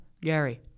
Gary